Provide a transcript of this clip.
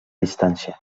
distància